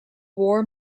war